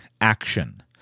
action